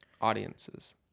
audiences